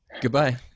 Goodbye